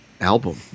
album